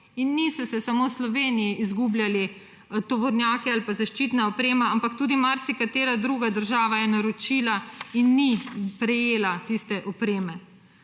Niso se samo v Sloveniji izgubljali tovornjaki ali pa zaščitna oprema, ampak tudi marsikatera druga država je naročila in ni prejela tiste opreme.